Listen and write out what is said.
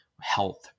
health